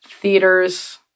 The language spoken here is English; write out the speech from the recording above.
theaters